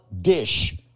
dish